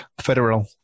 federal